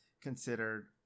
considered